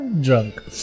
Drunk